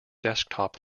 desktop